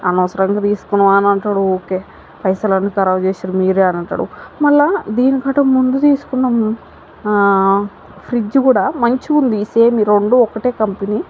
అనవసరంగా తీసుకున్నాము అని అంటాడు ఊరికే పైసలను ఖరాబ్ చేసారు మీరే అని అంటాడు మళ్ళీ దీనికంటే ముందు తీసుకున్నాము మేము ఫ్రిడ్జ్ కూడా మంచిగా ఉంది సేమ్ ఈ రెండు ఒక్కటే కంపెనీ